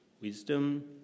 Wisdom